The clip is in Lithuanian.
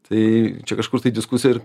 tai čia kažkur tai diskusija ir